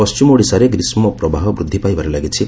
ପଣ୍ଢିମ ଓଡ଼ିଶାରେ ଗ୍ରୀଷ୍କପ୍ରବାହ ବୃଦ୍ଧି ପାଇବାରେ ଲାଗିଛି